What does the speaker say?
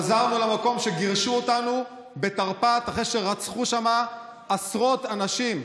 חזרנו למקום שממנו גירשו אותנו בתרפ"ט אחרי שרצחו שם עשרות אנשים.